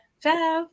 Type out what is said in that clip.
Ciao